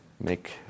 make